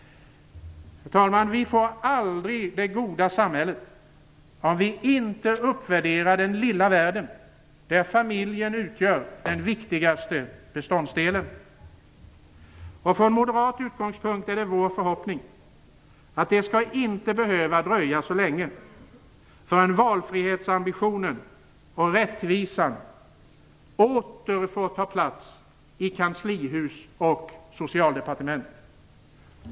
Herr talman! Vi får aldrig det goda samhället om vi inte uppvärderar den lilla världen där familjen utgör den viktigaste beståndsdelen. Från moderat utgångspunkt är det vår förhoppning att det inte skall behöva dröja så länge förrän valfrihetsambitionen och rättvisan åter får ta plats i kanslihus och socialdepartement.